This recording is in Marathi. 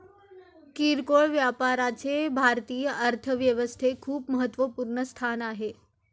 किरकोळ व्यापाराचे भारतीय अर्थव्यवस्थेत खूप महत्वपूर्ण स्थान आहे